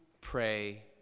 pray